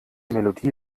melodie